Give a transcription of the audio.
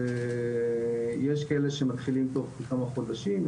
יש כאלה שמתחילים תוך כמה חודשים,